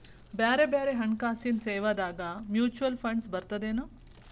ಬ್ಯಾರೆ ಬ್ಯಾರೆ ಹಣ್ಕಾಸಿನ್ ಸೇವಾದಾಗ ಮ್ಯುಚುವಲ್ ಫಂಡ್ಸ್ ಬರ್ತದೇನು?